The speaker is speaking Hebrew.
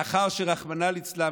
לאחר שרחמנא ליצלן,